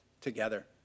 together